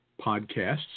podcasts